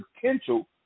potential